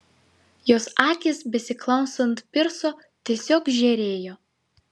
jos akys besiklausant pirso tiesiog žėrėjo